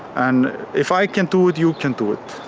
and if i can do it, you can do it.